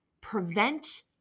prevent